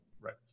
right